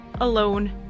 alone